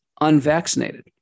unvaccinated